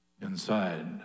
inside